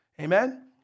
Amen